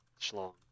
schlong